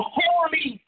holy